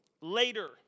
later